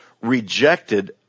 rejected